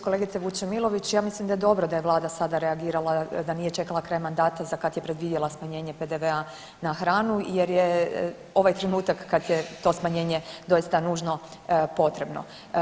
Kolegice Vučemilović ja mislim da je dobro da je vlada sada reagirala, da nije čekala kraj mandata za kad se predvidjela smanjenje PDV-a na hranu jer je ovaj trenutak kad je to smanjenje doista nužno potrebno.